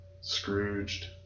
Scrooged